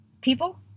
people